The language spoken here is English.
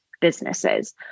businesses